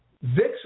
VIX